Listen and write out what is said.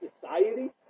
society